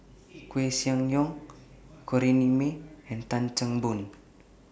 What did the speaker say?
Koeh Sia Yong Corrinne May and Tan Chan Boon